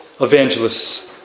evangelists